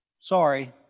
Sorry